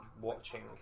watching